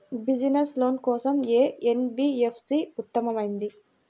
Business loan కోసం ఏ NBFC ఉత్తమమైనది?